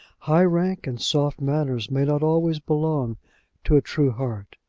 high rank and soft manners may not always belong to a true heart.